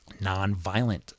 nonviolent